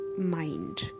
mind